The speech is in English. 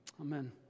Amen